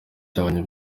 cyabonye